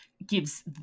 Gives